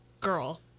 girl